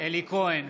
אלי כהן,